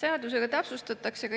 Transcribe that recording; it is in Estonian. Seadusega täpsustatakse